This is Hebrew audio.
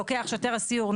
לוקח שוטר הסיור,